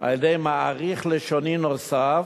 על-ידי מעריך לשוני נוסף,